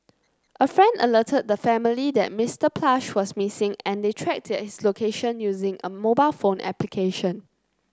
a friend alerted the family that Mr Plush was missing and they tracked his location using a mobile phone application